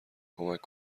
کمک